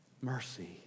Mercy